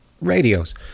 radios